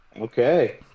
Okay